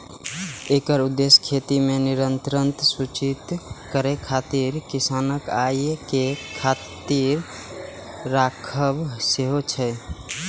एकर उद्देश्य खेती मे निरंतरता सुनिश्चित करै खातिर किसानक आय कें स्थिर राखब सेहो छै